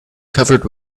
covered